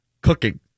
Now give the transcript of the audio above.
Cooking